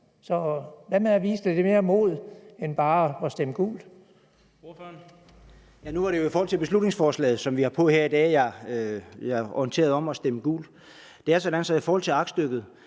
hvad med at vise lidt mere mod end bare at stemme gult.